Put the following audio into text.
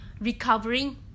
Recovering